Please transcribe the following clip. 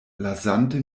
lasante